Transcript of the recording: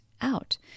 out